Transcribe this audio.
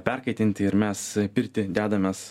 perkaitinti ir mes pirty dedamės